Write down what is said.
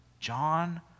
John